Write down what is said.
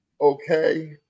okay